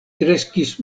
kreskis